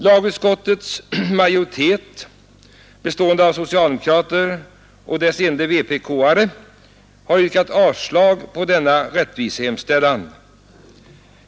Lagutskottets majoritet, bestående av socialdemokrater och utskottets ende vpk-are, har avstyrkt denna rättvisehemställan.